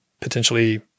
potentially